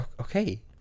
Okay